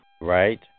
Right